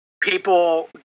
People